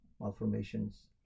malformations